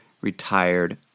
retired